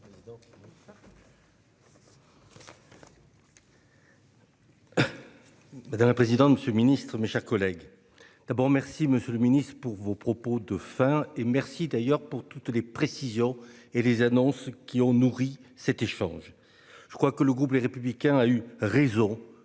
Madame la présidente de ce Ministre, mes chers collègues. D'abord, merci Monsieur le Ministre pour vos propos de faim et merci d'ailleurs pour toutes les précisions et les annonces qui ont nourri cet échange. Je crois que le groupe Les Républicains a eu raison